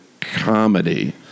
comedy